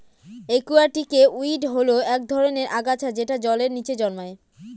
একুয়াটিকে উইড হল এক ধরনের আগাছা যেটা জলের নীচে জন্মায়